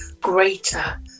greater